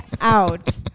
out